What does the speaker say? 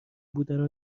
بودن